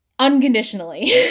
unconditionally